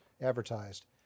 advertised